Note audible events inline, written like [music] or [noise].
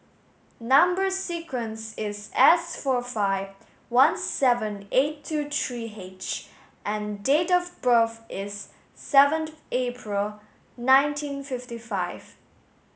number sequence is S four five one seven eight two three H and date of birth is seven [unintelligible] April nineteen fifty five